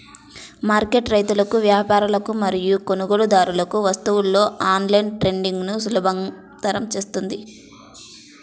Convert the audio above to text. market రైతులకు, వ్యాపారులకు మరియు కొనుగోలుదారులకు వస్తువులలో ఆన్లైన్ ట్రేడింగ్ను సులభతరం చేస్తుంది